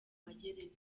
magereza